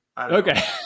okay